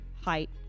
height